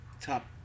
top